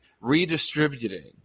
redistributing